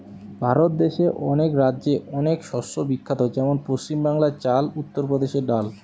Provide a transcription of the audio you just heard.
ভারত দেশে অনেক রাজ্যে অনেক শস্য বিখ্যাত যেমন পশ্চিম বাংলায় চাল, উত্তর প্রদেশে ডাল